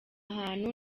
hantu